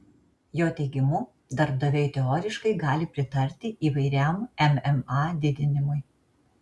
jo teigimu darbdaviai teoriškai gali pritarti įvairiam mma didinimui